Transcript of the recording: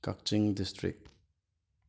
Kakching district